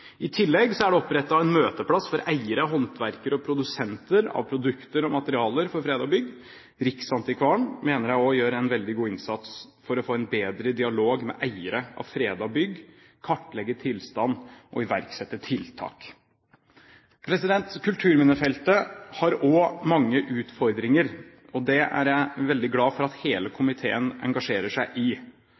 I tillegg er det opprettet en møteplass for eiere, håndverkere og produsenter av produkter og materialer for fredede bygg. Riksantikvaren mener jeg også gjør en veldig god innsats for å få en bedre dialog med eiere av fredede bygg, kartlegge tilstanden og iverksette tiltak. Kulturminnefeltet har også mange utfordringer, og det er jeg veldig glad for at hele komiteen engasjerer seg i.